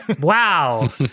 wow